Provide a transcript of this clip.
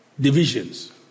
divisions